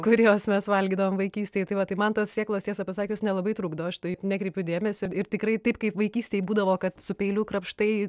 kuriuos mes valgydavom vaikystėj tai va tai man tos sėklos tiesą pasakius nelabai trukdo aš taip nekreipiu dėmesio ir tikrai taip kaip vaikystėj būdavo kad su peiliu krapštai